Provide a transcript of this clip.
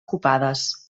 ocupades